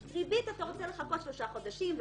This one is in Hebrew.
עם ריבית אתה רוצה לחכות שלושה חודשים,